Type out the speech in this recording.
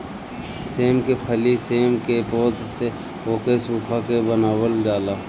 सेम के फली सेम के पौध से ओके सुखा के बनावल जाला